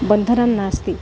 बन्धनं नास्ति